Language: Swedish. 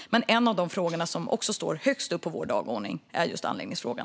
Men en av de frågor som står högst upp på vår dagordning är just anläggningsfrågan.